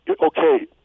okay